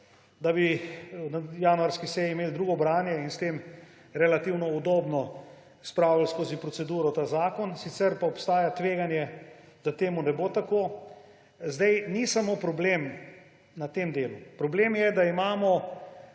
da bi na januarski seji imeli drugo branje in s tem relativno udobno spravili skozi proceduro ta zakon, sicer pa obstaja tveganje, da ne bo tako. Ni samo problem na tem delu. Problem je, da imamo